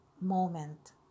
moment